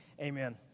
amen